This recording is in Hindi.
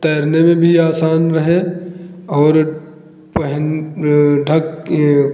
तैरने में भी आसान रहे और पहन ढक ये